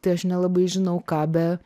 tai aš nelabai žinau ką be